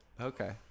Okay